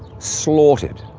slaughtered,